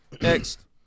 Next